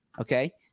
Okay